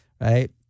right